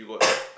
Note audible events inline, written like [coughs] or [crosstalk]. [coughs]